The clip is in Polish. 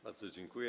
Bardzo dziękuję.